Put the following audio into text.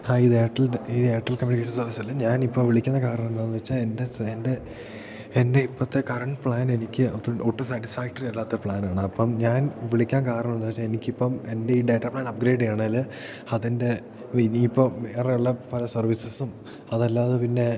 hi ഇത് Airtel ഇത് Airtel communication സർവ്വീസല്ലേ ഞാനിപ്പോൾ വിളിക്കുന്ന കാരണമെന്താണെന്നു വെച്ചാൽ എൻ്റെ എൻ്റെ എൻ്റെ ഇപ്പോഴത്തെ കറണ്ട് പ്ലാൻ എനിക്ക് ഒട്ടും ഒട്ടും സാറ്റിസ്ഫാക്ടറി അല്ലാത്ത പ്ലാനാണ് അപ്പം ഞാൻ വിളിക്കാൻ കാരണമെന്താണെന്നു വെച്ചാൽ എനിക്കിപ്പം എൻ്റെ ഈ ഡേറ്റാ പ്ലാൻ അപ്ഗ്രേഡ് ചെയ്യണമെങ്കിൽ അതെൻ്റെ ഇനിയിപ്പം വേറെയുള്ള പല സർവ്വീസസും അതല്ലാതെ പിന്നേ